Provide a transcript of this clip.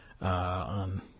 on